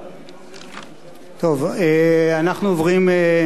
טוב, אנחנו עוברים להצבעה.